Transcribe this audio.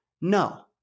No